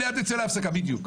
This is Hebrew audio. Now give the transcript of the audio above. המליאה תצא להפסקה, בדיוק.